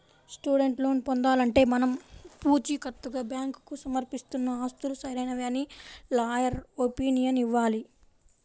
student loan పొందాలంటే మనం పుచీకత్తుగా బ్యాంకుకు సమర్పిస్తున్న ఆస్తులు సరైనవే అని లాయర్ ఒపీనియన్ ఇవ్వాలి